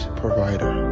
provider